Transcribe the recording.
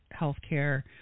healthcare